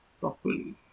properly